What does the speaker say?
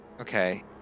Okay